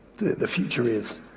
the future is.